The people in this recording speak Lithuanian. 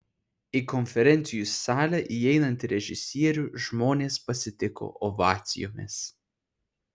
į konferencijų salę įeinantį režisierių žmonės pasitiko ovacijomis